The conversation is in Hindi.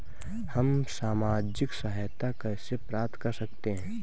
हम सामाजिक सहायता कैसे प्राप्त कर सकते हैं?